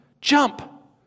Jump